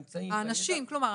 כלומר,